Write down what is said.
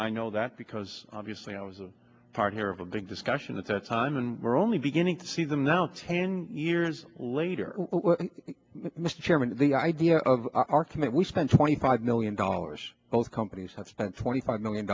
i know that because obviously i was a partner of a big discussion at the time and we're only beginning to see them now ten years later mr chairman the idea of our commit we spend twenty five million dollars both companies have spent twenty five million